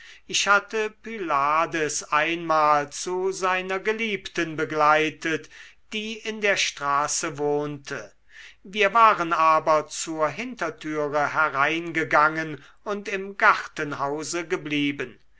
ich hatte pylades einmal zu seiner geliebten begleitet die in der straße wohnte wir waren aber zur hintertüre hereingegangen und im gartenhause geblieben